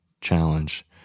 challenge